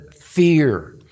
fear